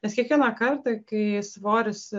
nes kiekvieną kartą kai svoris